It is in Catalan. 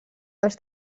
dels